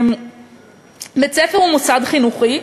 בית-ספר הוא מוסד חינוכי,